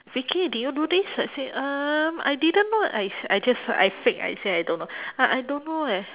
vicky did you do this I said um I didn't know I s~ I just I fake I say I don't know uh I don't know eh